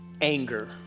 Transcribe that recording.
anger